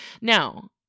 Now